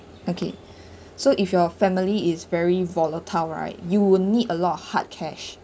okay so if your family is very volatile right you will need a lot of hard cash